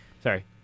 Sorry